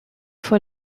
for